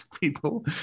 people